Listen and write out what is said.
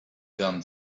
done